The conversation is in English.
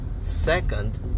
Second